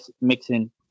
mixing